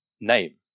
name